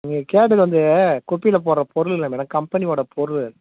நீங்கள் கேட்டது வந்து குப்பையில் போடுற பொருள் இல்லை மேடம் கம்பெனியோட பொருள்